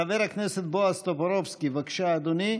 חבר הכנסת בועז טופורובסקי, בבקשה, אדוני,